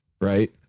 right